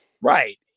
Right